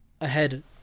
ahead